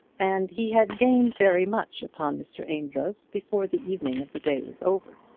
and he had gained very much upon mr. amedroz before the evening of the day was over.